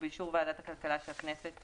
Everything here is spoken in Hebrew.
ובאישור ועדת הכלכלה של הכנסת,